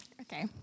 Okay